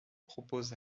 proposent